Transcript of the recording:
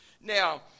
Now